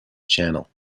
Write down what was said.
channel